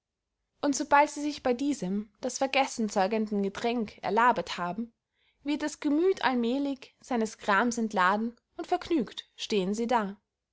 und sobald sie sich bey diesem das vergessen zeugenden getränk erlabet haben wird das gemüth allmählig seines grams entladen und vergnügt stehen sie da